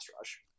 rush